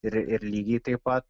ir ir lygiai taip pat